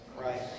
Right